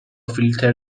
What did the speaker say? فیلتر